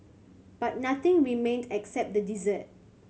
but nothing remained except the desert